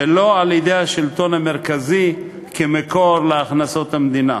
ולא על-ידי השלטון המרכזי, כמקור להכנסות המדינה.